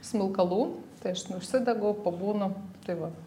smilkalų tai aš užsidegu pabūnu tai va